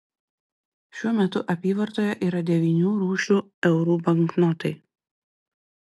šiuo metu apyvartoje yra devynių rūšių eurų banknotai